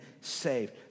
saved